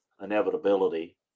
inevitability